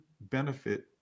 benefit